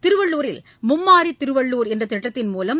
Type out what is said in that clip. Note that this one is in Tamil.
திருவள்ளுரில் மும்மாரி திருவள்ளுர் என்ற திட்டத்தின் மூலம்